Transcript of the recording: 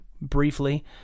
briefly